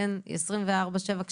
24/7,